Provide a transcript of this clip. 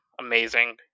amazing